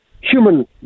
human